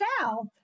South